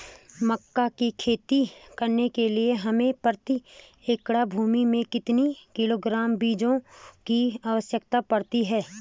मक्का की खेती करने के लिए हमें प्रति एकड़ भूमि में कितने किलोग्राम बीजों की आवश्यकता पड़ती है?